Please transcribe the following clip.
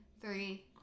Three